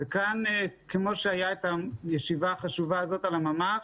כפי שהייתה הישיבה החשובה הזאת על הממ"ח,